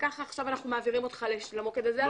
עכשיו אנחנו מעבירים אותך למוקד הזה.